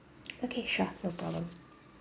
okay sure no problem